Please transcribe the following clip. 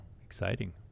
exciting